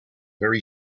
very